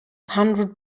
hundred